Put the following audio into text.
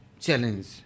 challenge